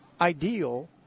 ideal